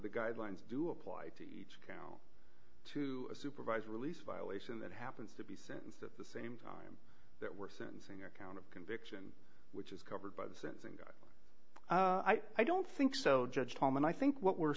the guidelines do apply to each count to a supervised release violation that happens to be sentenced at the same time that we're sentencing a count of conviction which is covered by the sensing god i don't think so judge tom and i think what we're